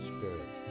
Spirit